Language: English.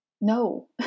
No